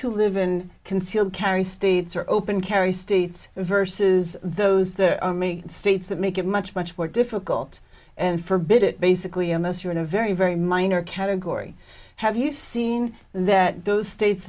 who live in concealed carry states are open carry states verses those there are many states that make it much much more difficult and forbid it basically on those who are in a very very minor category have you seen that those states